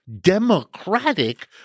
democratic